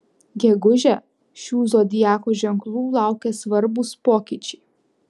gegužę šių zodiako ženklų laukia svarbūs pokyčiai